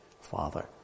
Father